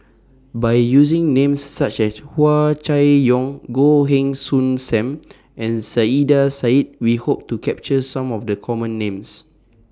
By using Names such as Hua Chai Yong Goh Heng Soon SAM and Saiedah Said We Hope to capture Some of The Common Names